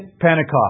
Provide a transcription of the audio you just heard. Pentecost